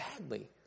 badly